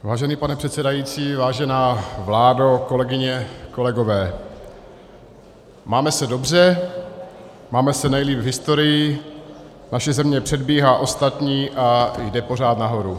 Vážený pane předsedající, vážená vládo, kolegyně, kolegové, máme se dobře, máme se nejlíp v historii, naše země předbíhá ostatní a jde pořád nahoru.